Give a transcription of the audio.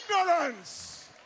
Ignorance